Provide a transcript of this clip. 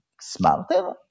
smarter